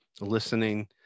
listening